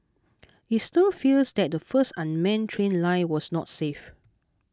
it stirred fears that the first unmanned train line was not safe